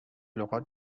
لغات